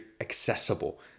accessible